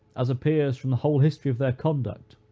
as appears from the whole history of their conduct,